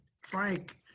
Frank